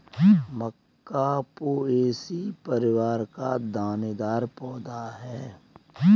मक्का Poaceae परिवार का दानेदार पौधा है